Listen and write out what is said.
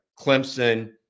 Clemson